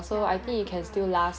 ya I think could last